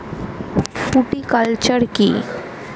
Fruticulture কী?